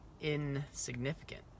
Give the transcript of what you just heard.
insignificant